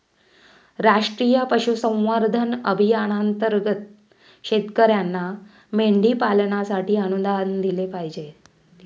राष्ट्रीय पशुसंवर्धन अभियानांतर्गत शेतकर्यांना मेंढी पालनासाठी अनुदान दिले जाते